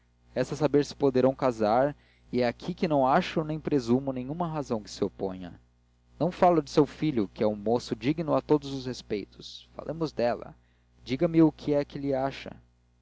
resta saber se poderão casar e é aqui que não acho nem presumo nenhuma razão que se oponha não falo de seu filho que é um moço digno a todos os respeitos falemos dela diga-me o que é que lhe acha